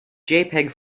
jpeg